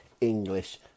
English